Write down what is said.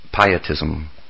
pietism